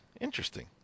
Interesting